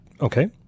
Okay